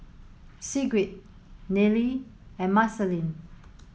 Sigrid Nealy and Marceline